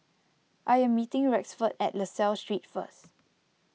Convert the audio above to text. I am meeting Rexford at La Salle Street first